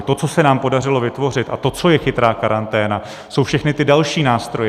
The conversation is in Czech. To, co se nám podařilo vytvořit, a to, co je chytrá karanténa, jsou všechny ty další nástroje.